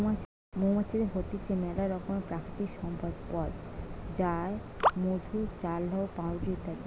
মৌমাছিদের হইতে মেলা রকমের প্রাকৃতিক সম্পদ পথ যায় মধু, চাল্লাহ, পাউরুটি ইত্যাদি